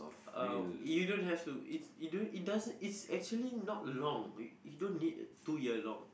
uh you don't have to it's you don't it's doesn't it's actually not long you you don't need two year long